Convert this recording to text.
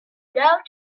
doubt